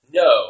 no